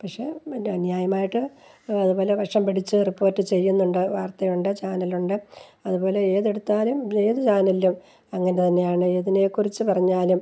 പക്ഷെ എൻ്റെ അന്യായമായിട്ട് അതു പോലെ പക്ഷം പിടിച്ച് റിപ്പോർട്ട് ചെയ്യുന്നുമുണ്ട് വാർത്തയുണ്ട് ചാനലുണ്ട് അതുപോലെ ഏതെടുത്താലും ഏതു ചാനലിലും അങ്ങനെ തന്നെയാണ് ഏതിനേക്കുറിച്ചു പറഞ്ഞാലും